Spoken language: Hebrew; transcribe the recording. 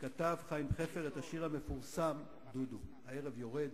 כתב חיים חפר את השיר המפורסם "דודו" הערב יורד.